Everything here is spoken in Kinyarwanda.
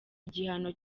igihano